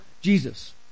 Jesus